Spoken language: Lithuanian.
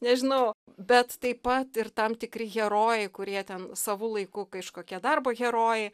nežinau bet taip pat ir tam tikri herojai kurie ten savu laiku kažkokie dar buvo herojai